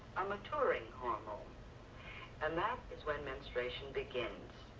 a maturing hormone and that is when menstruation begins.